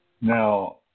Now